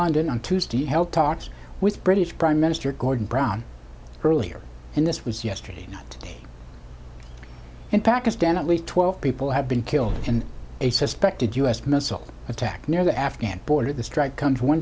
london on tuesday held talks with british prime minister gordon brown earlier in this was yesterday in pakistan at least twelve people have been killed in a suspected u s missile attack near the afghan border the strike